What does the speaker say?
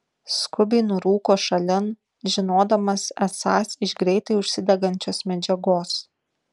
skubiai nurūko šalin žinodamas esąs iš greitai užsidegančios medžiagos